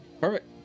Perfect